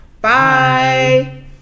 bye